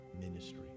ministry